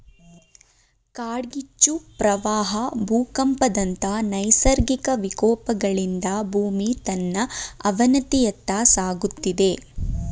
ಕಾಡ್ಗಿಚ್ಚು, ಪ್ರವಾಹ ಭೂಕಂಪದಂತ ನೈಸರ್ಗಿಕ ವಿಕೋಪಗಳಿಂದ ಭೂಮಿ ತನ್ನ ಅವನತಿಯತ್ತ ಸಾಗುತ್ತಿದೆ